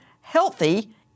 healthy